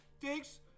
Thanks